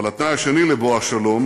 אבל התנאי השני לבוא השלום,